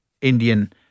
Indian